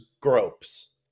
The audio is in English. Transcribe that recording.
Gropes